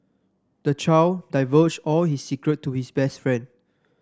the child divulged all his secret to his best friend